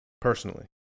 personally